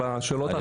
בשאלות האחרונות.